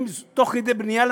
אם תוך כדי בנייה,